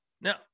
now